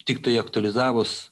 tiktai aktualizavus